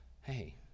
hey